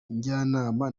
njyanama